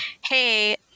Hey